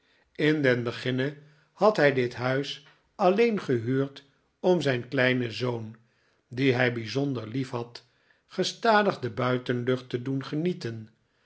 in den beginne had hij dit huis alleen gehuurd om zijn kleinen zoon dien hij bijzonder liefhad gestadig de buitenlucht te doen genieten